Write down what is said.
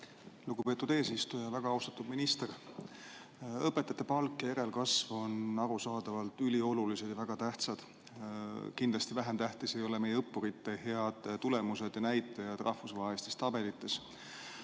Lugupeetud eesistuja! Väga austatud minister! Õpetajate palk ja järelkasv on arusaadavalt üliolulised ja väga tähtsad, kindlasti ei ole vähem tähtsad meie õppurite head tulemused ja näitajad rahvusvahelistes tabelites.